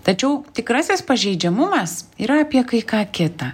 tačiau tikrasis pažeidžiamumas yra apie kai ką kita